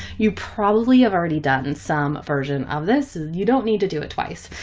you probably have already done some version of this. you don't need to do it twice.